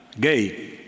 gay